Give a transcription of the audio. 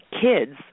Kids